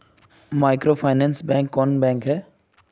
Microfinance bank कौन bank है?